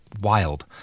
wild